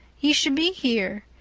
he should be here.